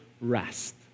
rest